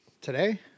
Today